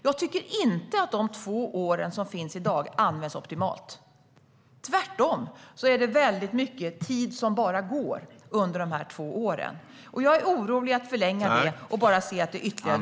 Jag tycker inte att de två år som gäller i dag används optimalt. Tvärtom är det mycket tid som bara går under de två åren, och jag är orolig för att tre år skulle förlänga den tiden ytterligare.